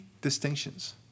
distinctions